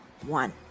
one